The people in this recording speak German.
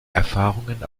erfahrungen